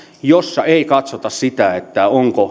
jossa ei katsota sitä onko